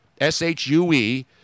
S-H-U-E